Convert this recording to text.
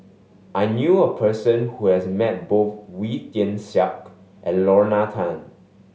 I knew a person who has met both Wee Tian Siak and Lorna Tan